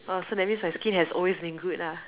oh so that means my skin has always been good lah